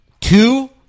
two